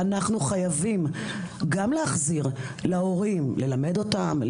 אנחנו חייבים גם להחזיר להורים ללמד אותם,